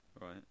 Right